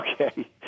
Okay